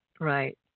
right